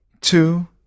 two